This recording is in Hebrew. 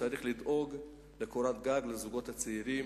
צריך לדאוג לקורת גג לזוגות צעירים.